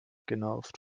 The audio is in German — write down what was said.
genervt